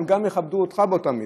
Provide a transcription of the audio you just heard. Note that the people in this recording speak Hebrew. הם גם יכבדו אותך באותה מידה.